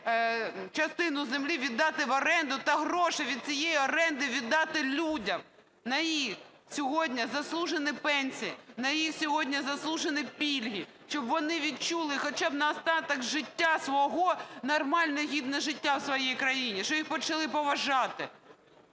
частину землі віддати в оренду та гроші від цієї оренди віддати людям на їх сьогодні заслужені пенсії, на їх сьогодні заслужені пільги, щоб вони відчули хоча б на остаток життя свого нормальне гідне життя в своїй країні, що їх почали поважати?